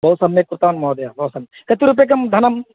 बहु सम्यक् कृतवान् महोदय बहु सम्यक् कति रूप्यकं धनं